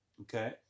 okay